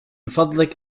فضلك